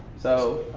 so.